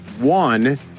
One